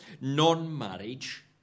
Non-marriage